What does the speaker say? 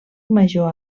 major